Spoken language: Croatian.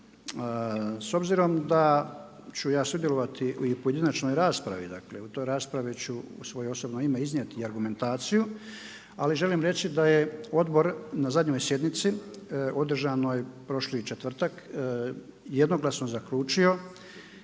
S obzirom da ću ja sudjelovati u pojedinačnoj raspravi, dakle u toj raspravi ću u svoje osobno ime iznijeti i argumentaciju, ali želim reći da je odbor na zadnjoj sjednici održanoj prošli četvrtak jednoglasno zaključio